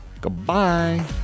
Goodbye